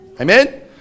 Amen